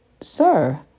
sir